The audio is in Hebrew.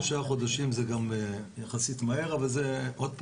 שלושה חודשים זה גם יחסית מהר, אבל עוד פעם,